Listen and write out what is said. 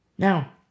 Now